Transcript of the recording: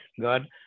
God